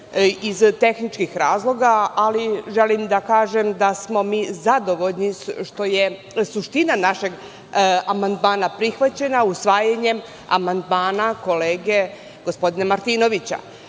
iz tehničkih razloga, ali želim da kažem da smo mi zadovoljni što je suština našeg amandmana prihvaćena, usvajanjem amandmana kolege gospodina Martinovića. Nama